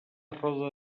roda